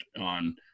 on